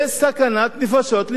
היה לי חבר מחורפיש,